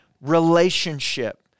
Relationship